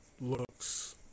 looks